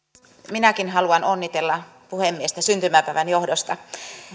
minäkin haluan onnitella puhemiestä syntymäpäivän johdosta